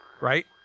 Right